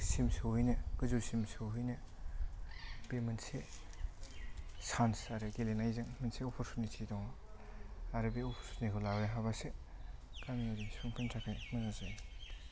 सिम सहैनो गोजौसिम सहैनो बे मोनसे सान्स आरो गेलेनायजों मोनसे अपुर्चिउनिटि दं आरो बे अपुर्चिउनिटिखौ लानो हाबासो गामियारि सुबुंफोरनि थाखाय मोजां जायो